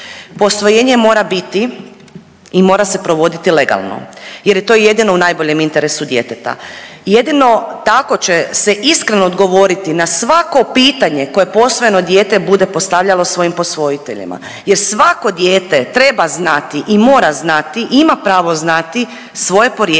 Posvojenje mora biti i mora se provoditi legalno jer je to jedino u najboljem interesu djeteta i jedino tako će se iskreno odgovoriti na svako pitanje koje posvojeno dijete bude postavljeno svojim posvojiteljima, jer svako dijete treba znati i mora znati i ima pravo znati svoje porijeklo,